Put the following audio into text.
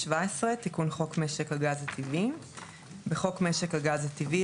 תיקון חוק משקהגז הטבעי 17. בחוק משק הגז הטבעי,